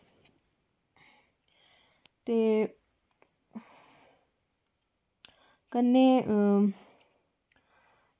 ते कन्नै